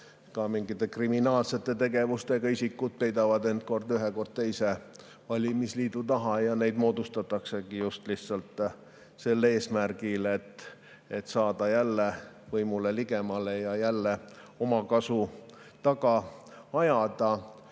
ka mingite kriminaalsete tegevustega isikud peidavad end kord ühe, kord teise valimisliidu taha. Neid moodustataksegi lihtsalt sel eesmärgil, et saada võimule jälle ligemale ja omakasu taga ajada.